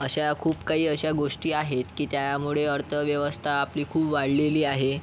अशा खूप काही अशा गोष्टी आहेत की त्यामुळे अर्थव्यवस्था आपली खूप वाढलेली आहे